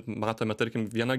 matome tarkim viena